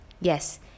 Yes